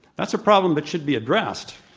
that's a problem that should be addressed,